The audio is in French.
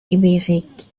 ibérique